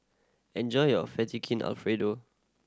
enjoy your Alfredo